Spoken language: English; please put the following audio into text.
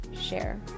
share